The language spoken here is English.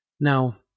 Now